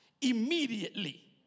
immediately